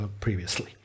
previously